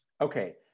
Okay